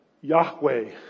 Yahweh